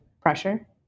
pressure